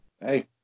Hey